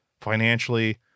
financially